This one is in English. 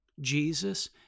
Jesus